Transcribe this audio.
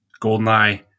GoldenEye